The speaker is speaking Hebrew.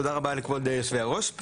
תודה רבה לכבוד יושבי-הראש.